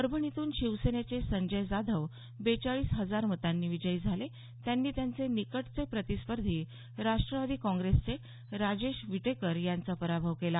परभणीतून शिवसेनेचे संजय जाधव बेचाळीस हजार मतांनी विजयी झाले त्यांनी त्यांचे निकटचे प्रतिस्पर्धी राष्ट्रवादी काँग्रेसचे राजेश विटेकर यांचा पराभव केला